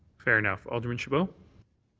fair enough. alderman chabot?